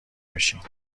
بشین